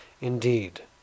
Indeed